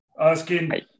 asking